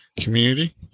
community